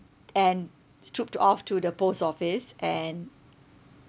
and stooped off to the post office and